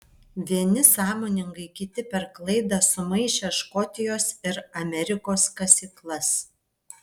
vieni sąmoningai kiti per klaidą sumaišę škotijos ir amerikos kasyklas